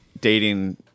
dating